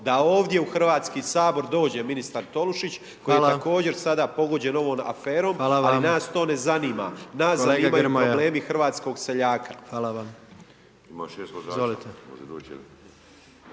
da ovdje u Hrvatski sabor dođe ministar Tolušić koji je također sada pogođen ovom aferom ali nas to ne zanima. …/Upadica predsjednik: Hvala. Hvala vam./…